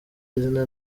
izina